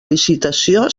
licitació